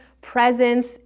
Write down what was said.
presence